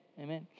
amen